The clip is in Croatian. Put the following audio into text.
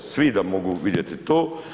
Svi da mogu vidjeti to.